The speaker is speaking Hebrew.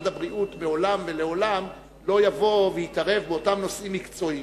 משרד הבריאות מעולם ולעולם לא יבוא ויתערב באותם נושאים מקצועיים,